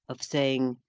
of saying,